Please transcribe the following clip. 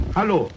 Hallo